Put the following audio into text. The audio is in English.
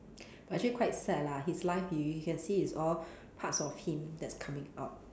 but actually quite sad lah his life you you can see it's all parts of him that's coming out